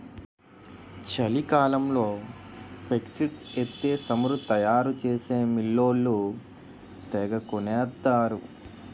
చలికాలంలో ఫేక్సీడ్స్ ఎత్తే సమురు తయారు చేసే మిల్లోళ్ళు తెగకొనేత్తరు